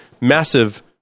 massive